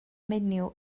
menyw